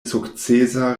sukcesa